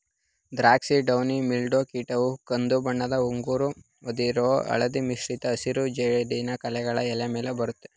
ದ್ರಾಕ್ಷಿಗೆ downy mildew ಕೀಟವು ಕಂದುಬಣ್ಣದ ಉಂಗುರ ಹೊಂದಿರೋ ಹಳದಿ ಮಿಶ್ರಿತ ಹಸಿರು ಜಿಡ್ಡಿನ ಕಲೆಗಳು ಎಲೆ ಮೇಲೆ ಬರತ್ತೆ